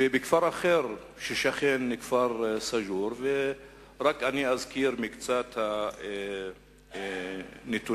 ובכפר שכן, סאג'ור, ואני אזכיר רק מקצת הנתונים.